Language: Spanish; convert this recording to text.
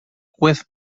juez